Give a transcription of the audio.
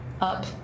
up